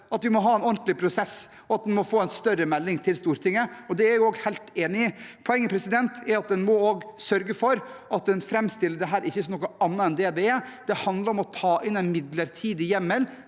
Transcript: at vi må ha en ordentlig prosess, og at en må få en større melding til Stortinget. Det er jeg helt enig i. Poenget er at en også må sørge for at en ikke framstiller dette som noe annet enn det det er. Det handler om å ta inn en midlertidig hjemmel